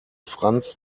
franz